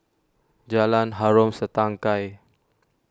Jalan Harom Setangkai